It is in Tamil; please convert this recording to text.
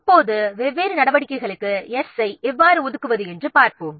இப்போது வெவ்வேறு நடவடிக்கைகளுக்கு 's' ஐ எவ்வாறு ஒதுக்குவது என்று பார்ப்போம்